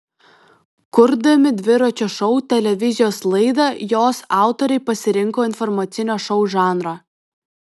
kurdami dviračio šou televizijos laidą jos autoriai pasirinko informacinio šou žanrą